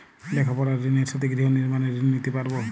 লেখাপড়ার ঋণের সাথে গৃহ নির্মাণের ঋণ নিতে পারব?